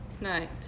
night